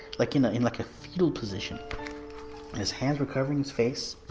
like you know in like a fetal position his hands were covering his face